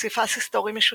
- פסיפס היסטורי משותף,